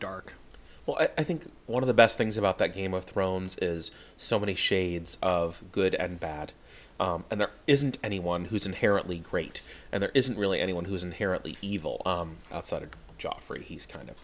dark well i think one of the best things about that game of thrones is so many shades of good and bad and there isn't anyone who's inherently great and there isn't really anyone who is inherently evil outside of the job for he's kind of